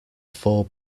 four